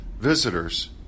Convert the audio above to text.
visitors